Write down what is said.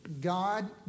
God